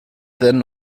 then